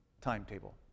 timetable